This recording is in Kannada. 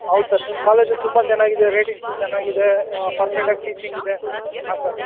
ಹೌದು ಸರ್ ನಿಮ್ಮ ಕಾಲೇಜು ತುಂಬ ಚೆನ್ನಾಗಿದೆ ರೇಟಿಂಗ್ಸು ಚೆನ್ನಾಗಿದೆ ಪರ್ಫೆಕ್ಟ್ ಆಗಿ ಟೀಚಿಂಗ್ ಇದೆ ಹಾಂ ಸರ್